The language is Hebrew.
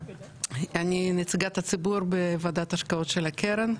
אני נציגת הציבור בוועדת ההשקעות של הקרן.